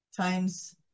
times